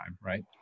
Right